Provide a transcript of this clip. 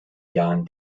jahren